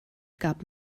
gab